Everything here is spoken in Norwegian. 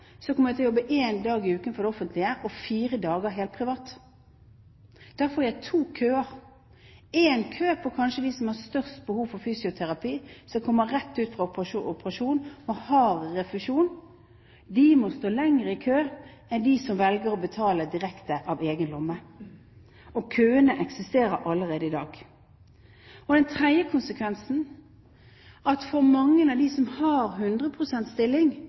så kommer jeg til å jobbe en dag i uken for det offentlige og fire dager helt privat. Da får jeg to køer, en kø for dem som kanskje har størst behov for fysioterapi som kommer rett fra operasjon og har refusjon. De må stå lenger i kø enn de som velger å betale direkte av egen lomme. Køene eksisterer allerede i dag. Den tredje konsekvensen er at mange av dem som har 100 pst. stilling,